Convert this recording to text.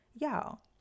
Y'all